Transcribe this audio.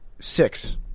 six